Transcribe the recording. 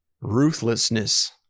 ruthlessness